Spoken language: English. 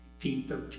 1813